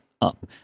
up